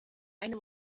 eine